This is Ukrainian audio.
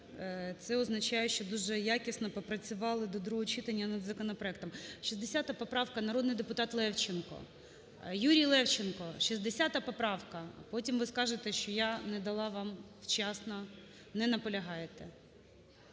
Це означає, що дуже якісно попрацювали до другого читання над законопроектом. 60 поправка. Народний депутат Левченко. Юрій Левченко, 60 поправка. А потім ви скажете, що я не надала вам вчасно. Не наполягаєте?